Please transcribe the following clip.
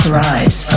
rise